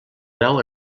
grau